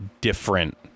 different